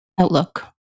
Outlook